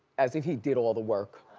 as if he did all the work.